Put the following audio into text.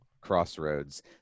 Crossroads